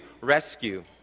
rescue